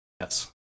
Yes